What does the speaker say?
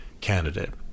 candidate